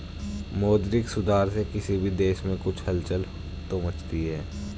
मौद्रिक सुधार से किसी भी देश में कुछ हलचल तो मचती है